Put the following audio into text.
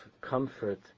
comfort